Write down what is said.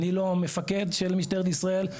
אני לא המפקד של משטרת ישראל,